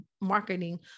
marketing